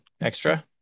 extra